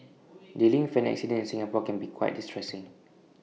dealing for an accident in Singapore can be quite distressing